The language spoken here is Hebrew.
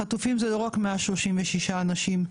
החטופים זה לא רק 136 אנשים,